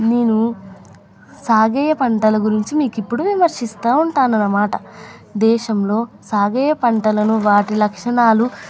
నేను సాగు పంటల గురించి మీకు ఇప్పుడు వివరిసా ఉంటాను అన్నమాట దేశంలో సాగు పంటలను వాటి లక్షణాలు